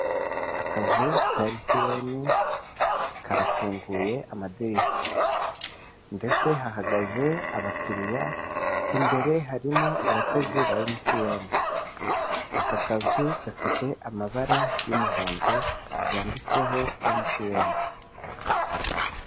Akazu ka MTN, karafunguye amadirishya, ndetse hahagaze abakiriya, imbere harimo abakozi ba MTN, aka kazu gafite amabara y'umuhondo yanditseho MTN.